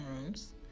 rooms